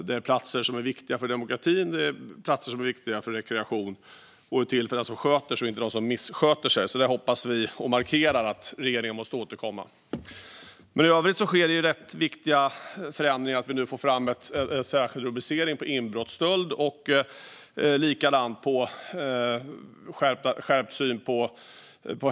Det är platser som är viktiga för demokratin och för rekreation, och de är till för dem som sköter sig och inte för dem som missköter sig. Där markerar vi att regeringen måste återkomma. I övrigt sker rätt viktiga förändringar i och med att vi nu får fram en särskild rubricering för inbrottsstöld och likadant när det gäller en skärpt syn på häleri.